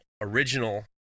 original